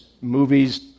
movies